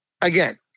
Again